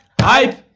hype